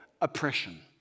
oppression